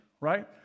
right